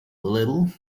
little